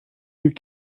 you